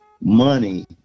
money